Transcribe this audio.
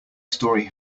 story